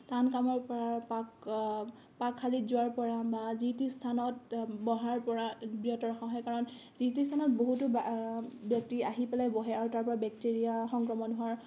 টান কামৰ পৰা পাক পাকশালীত যোৱাৰপৰা বা যি টি স্থানত বহাৰ পৰা বিৰত ৰখা হয় কাৰণ যি টি স্থানত বহুতো ব্যক্তি আহি পেলাই বহে আৰু তাৰপৰা বেক্টেৰিয়া সংক্ৰমণ হোৱাৰ